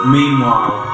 meanwhile